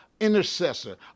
intercessor